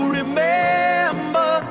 remember